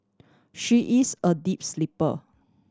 she is a deep sleeper